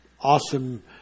awesome